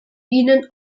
ihnen